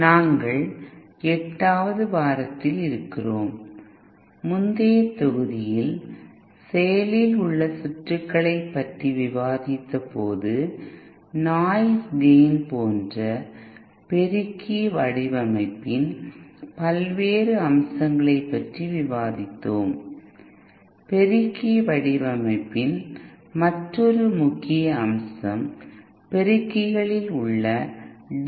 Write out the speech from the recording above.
நாங்கள் எட்டாவது வாரத்தில் இருக்கிறோம் முந்தைய தொகுதியில் செயலில் உள்ள சுற்றுகளைப் பற்றி விவாதித்தபோது நாய்ஸ் கேய்ன் போன்ற பெருக்கி வடிவமைப்பின் பல்வேறு அம்சங்களைப் பற்றி விவாதித்தோம் பெருக்கி வடிவமைப்பின் மற்றொரு முக்கிய அம்சம் பெருக்கிகளில் உள்ள டி